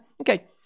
Okay